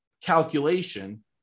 calculation